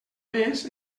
més